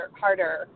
harder